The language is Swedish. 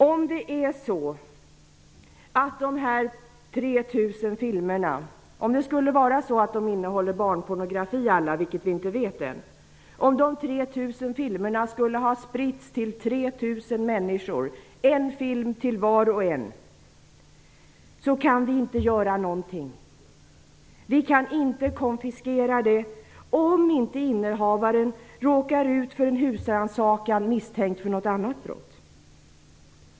Om det skulle vara så att alla de 3 000 filmerna innehöll barnpornografi, vilket vi ännu inte vet, och att alla dessa 3 000 filmer skulle ha spritts till 3 000 människor -- en film till var och en -- kan vi inte göra någonting. Filmerna kan inte konfiskeras om inte innehavaren råkar ut för en husrannsakan i samband med misstanke om något annat brott.